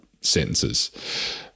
sentences